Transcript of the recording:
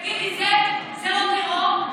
תגיד לי, זה לא טרור?